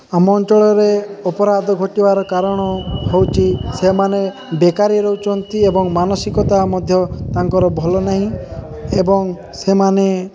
ଆମ ଅଞ୍ଚଳରେ ଅପରାଧ ଘଟିବାର କାରଣ ହେଉଛି ସେମାନେ ବେକାରୀ ରହୁଛନ୍ତି ଏବଂ ମାନସିକତା ମଧ୍ୟ ତାଙ୍କର ଭଲ ନାହିଁ ଏବଂ ସେମାନେ